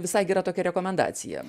visai gera tokia rekomendacija